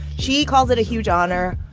she calls it a huge honor.